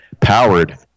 powered